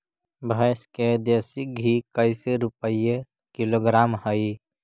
भैंस के देसी घी कैसे रूपये किलोग्राम हई?